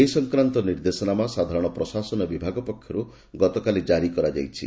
ଏ ସଂକ୍ରାନ୍ତ ନିର୍ଦ୍ଦେଶାନାମା ସାଧାରଣ ପ୍ରଶାସନ ବିଭାଗ ପକ୍ଷର୍ ଗତକାଲି ଜାରି କରାଯାଇଛି